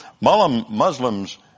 Muslims